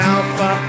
Alpha